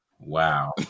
Wow